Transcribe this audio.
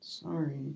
Sorry